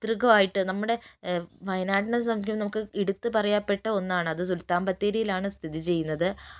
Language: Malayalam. പൈതൃകായിട്ട് നമ്മുടെ വയനാടിനെ സംബന്ധിച്ചിടത്തോളം നമുക്ക് എടുത്തുപറയപ്പെട്ട ഒന്നാണത് സുൽത്താൻബത്തേരിയിലാണ് സ്ഥിതി ചെയ്യുന്നത്